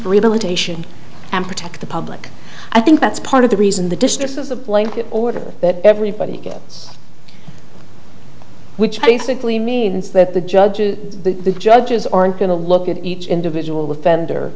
rehabilitation and protect the public i think that's part of the reason the district has a blanket order that everybody gets which basically means that the judges the judges aren't going to look at each individual offender